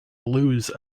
blues